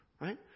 Right